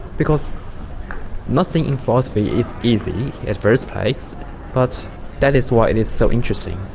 because nothing in philosophy is easy at first place but that is why it is so interesting.